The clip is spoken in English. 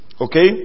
Okay